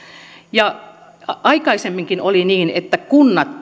aikaisemminkin oli niin että kunnat